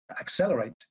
accelerate